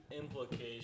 implication